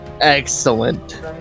Excellent